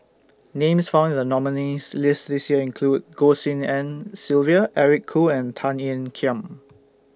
Names found in The nominees' list This Year include Goh Tshin En Sylvia Eric Khoo and Tan Ean Kiam